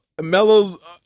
Melo's